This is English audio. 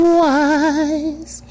wise